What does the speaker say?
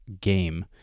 game